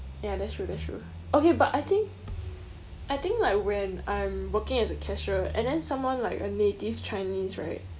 ya that's true that's true okay but I think I think like when I'm working as a cashier right and then someone like a native chinese right